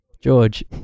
George